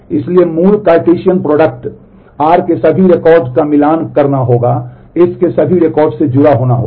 इसलिए मूल Cartesian product r के सभी रिकॉर्डों का मिलान करना होगा s के सभी रिकॉर्ड से जुड़ा होना होगा